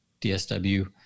DSW